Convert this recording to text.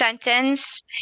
sentence